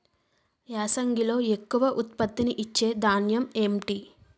యాసంగిలో ఎక్కువ ఉత్పత్తిని ఇచే ధాన్యం ఏంటి?